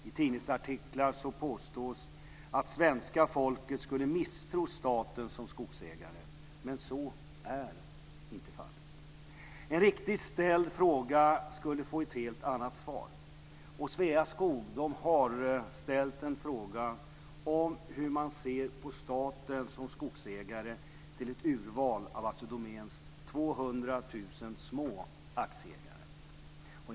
I tidningsartiklar påstås att svenska folket skulle misstro staten som skogsägare. Så är inte fallet. Ett riktigt ställd fråga får ett helt annat svar. Sveaskog har ställt en fråga om hur man ser på staten som skogsägare till ett urval av Assi Domäns 200 000 små aktieägare.